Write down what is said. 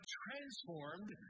transformed